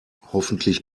hoffentlich